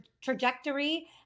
trajectory